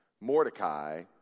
Mordecai